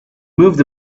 moved